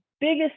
biggest